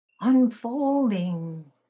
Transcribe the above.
unfolding